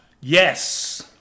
Yes